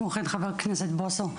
וכמו כן לחבר הכנסת בוסו.